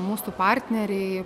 mūsų partneriai